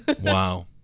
Wow